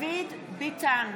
יואב בן צור,